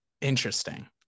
Interesting